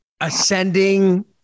ascending